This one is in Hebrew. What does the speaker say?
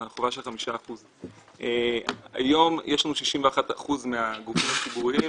החובה של 5%. היום יש לנו 61% מהגופים הציבוריים,